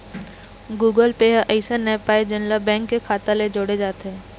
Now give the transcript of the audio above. Google Pay ह अइसन app आय जेन ला बेंक के खाता ले जोड़े जाथे